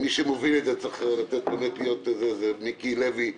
מי שמוביל את זה הוא חבר הכנסת מיקי לוי.